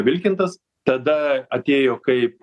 vilkintas tada atėjo kaip